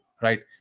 right